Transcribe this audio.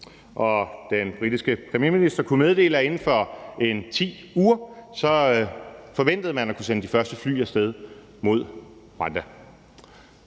Og den britiske premierminister kunne meddele, at inden for 10 uger forventede man at kunne sende de første fly af sted mod Rwanda.